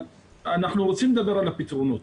אבל אנחנו רוצים לדבר על הפתרונות.